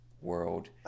world